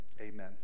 amen